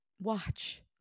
watch